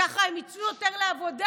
ככה הם יצאו יותר לעבודה.